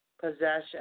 possession